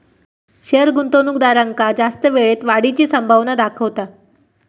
share गुंतवणूकदारांका जास्त वेळेत वाढीची संभावना दाखवता